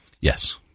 Yes